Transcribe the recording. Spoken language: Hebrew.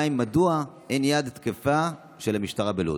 2. מדוע אין יד תקיפה של המשטרה בלוד?